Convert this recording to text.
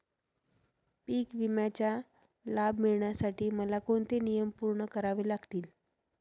पीक विम्याचा लाभ मिळण्यासाठी मला कोणते नियम पूर्ण करावे लागतील?